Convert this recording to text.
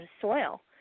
soil